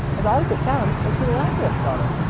as odd as it sounds, is the lazarus building.